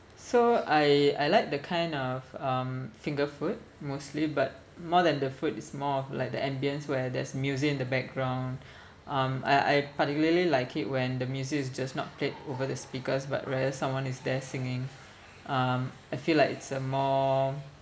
so I I like the kind of um finger food mostly but more than the food is more of like the ambience where there's music in the background um I I particularly like it when the music is just not played over the speakers but rather someone is there singing um I feel like it's a more